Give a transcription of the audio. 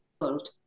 world